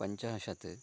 पञ्चाशत्